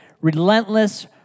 relentless